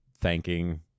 thanking